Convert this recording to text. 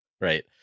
right